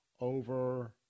over